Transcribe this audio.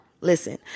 Listen